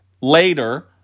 Later